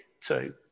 two